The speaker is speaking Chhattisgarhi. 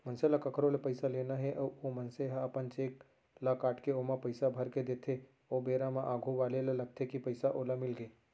मनसे ल कखरो ले पइसा लेना हे अउ ओ मनसे ह अपन चेक ल काटके ओमा पइसा भरके देथे ओ बेरा म आघू वाले ल लगथे कि पइसा ओला मिलगे